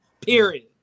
Period